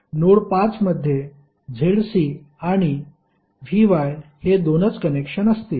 node 5 मध्ये ZC आणि VY हे दोनच कनेक्शन असतील